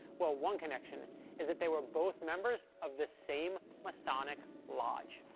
well, one connection is that they were both members of the same masonic lodge.